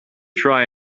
try